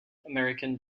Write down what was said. american